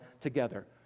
together